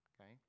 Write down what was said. Okay